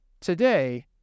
today